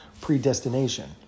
predestination